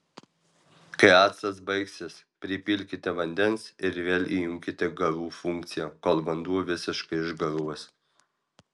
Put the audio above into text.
kai actas baigsis pripilkite vandens ir vėl įjunkite garų funkciją kol vanduo visiškai išgaruos